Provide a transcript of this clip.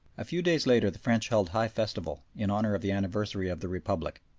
a few days later the french held high festival in honour of the anniversary of the republic.